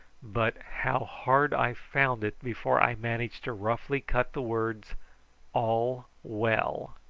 but how hard i found it before i managed to roughly cut the words all well,